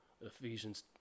Ephesians